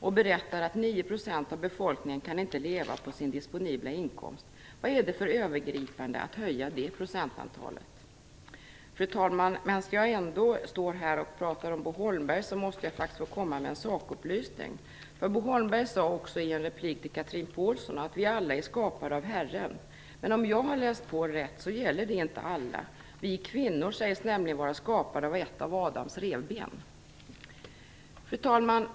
Han berättade att 9 % av befolkningen inte kan leva på sin disponibla inkomst. Vad är det för övergripande med att höja det procenttalet? Fru talman! När jag nu talar om Bo Holmberg måste jag faktiskt också få komma med en sakupplysning. Bo Holmberg sade i en replik till Chatrine Pålsson att vi alla är skapade av Herren. Men om jag har läst på rätt gäller det inte alla - vi kvinnor sägs nämligen vara skapade av ett av Adams revben! Fru talman!